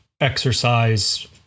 exercise